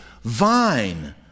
vine